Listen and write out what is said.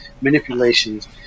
manipulations